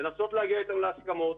לנסות להגיע אתם להסכמות,